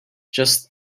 just